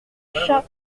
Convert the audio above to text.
chat